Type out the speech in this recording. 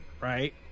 right